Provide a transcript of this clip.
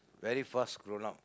very fast grown out